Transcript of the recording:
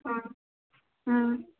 ஆ ம்